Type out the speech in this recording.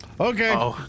okay